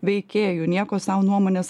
veikėjų nieko sau nuomonės